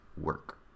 work